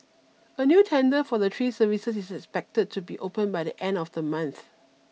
a new tender for the three services is expected to be open by the end of the month